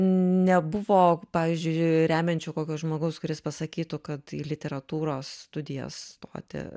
nebuvo pavyzdžiui remiančio kokio žmogaus kuris pasakytų kad į literatūros studijas stoti